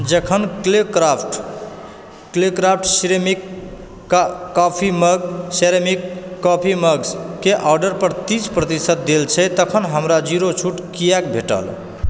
जखन Claycraft Claycraft ceramic coffee mug ceramic coffee mugs के order पर तीस प्रतिशत देल छै तखन हमरा जीरो छूट किएक भेटल